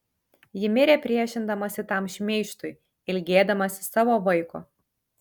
ji mirė priešindamasi tam šmeižtui ilgėdamasi savo vaiko